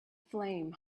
flame